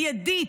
מיידית,